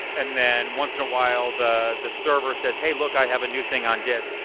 and then once in a while the the server says, hey look, i have a new thing on disk.